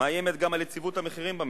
מאיימת גם על יציבות המחירים במשק,